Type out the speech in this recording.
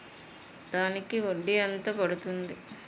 దానికి వడ్డీ ఎంత పడుతుంది?